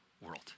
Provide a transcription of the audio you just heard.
world